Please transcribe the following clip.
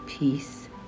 Peace